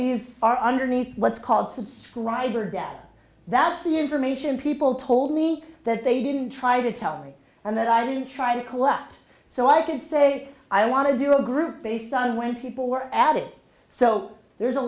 are underneath what's called subscriber dad that's the information people told me that they didn't try to tell me and that i really try to collect so i could say i want to do a group based on when people were added so there's a